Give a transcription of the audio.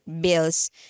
bills